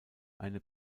eine